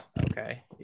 Okay